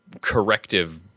corrective